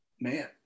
man